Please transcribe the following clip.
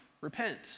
repent